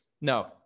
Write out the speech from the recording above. No